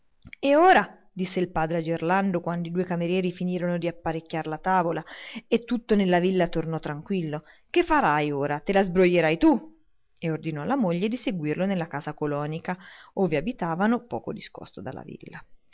e ora disse il padre a gerlando quando i due camerieri finirono di sparecchiar la tavola e tutto nella villa ritornò tranquillo che farai ora te la sbroglierai tu e ordinò alla moglie di seguirlo nella casa colonica ove abitavano poco discosto dalla villa